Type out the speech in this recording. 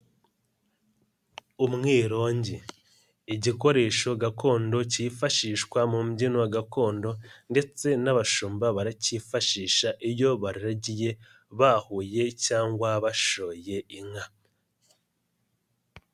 Umwirongi igikoresho gakondo kifashishwa mu mbyino gakondo ndetse n'abashumba barakifashisha iyo baragiye, bahuye cyangwa bashoye inka.